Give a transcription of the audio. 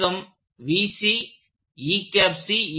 வேகம் 1